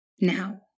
Now